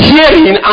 Hearing